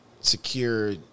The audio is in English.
Secure